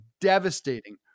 devastating